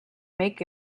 make